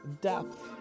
depth